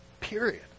Period